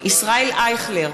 ישראל אייכלר,